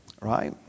right